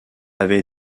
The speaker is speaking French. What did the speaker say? avait